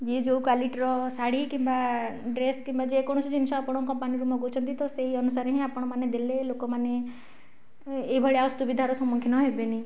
ଯିଏ ଯେଉଁ କ୍ଵାଲିଟିର ଶାଢ଼ୀ କିମ୍ବା ଡ୍ରେସ୍ କିମ୍ବା ଯେକୌଣସି ଜିନିଷ ଆପଣଙ୍କ କମ୍ପାନୀରୁ ମଗାଉଛନ୍ତି ତ ସେହି ଅନୁସାରେ ହିଁ ଆପଣମାନେ ଦେଲେ ଲୋକମାନେ ଏହିଭଳି ଅସୁବିଧାର ସମ୍ମୁଖୀନ ହେବେନି